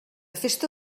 festa